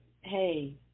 hey